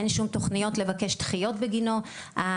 אין שום תוכניות לבקש דחיות בגינו,